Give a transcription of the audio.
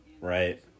right